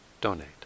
donate